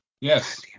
Yes